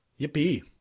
Yippee